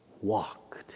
walked